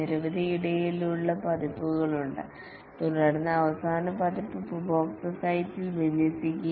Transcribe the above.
നിരവധി ഇടയിലുള പതിപ്പുകൾ ഉണ്ട് തുടർന്ന് അവസാന പതിപ്പ് ഉപഭോക്തൃ സൈറ്റിൽ വിന്യസിക്കുന്നു